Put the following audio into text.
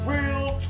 Real